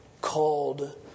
Called